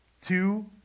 Two